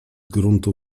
gruntu